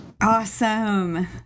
Awesome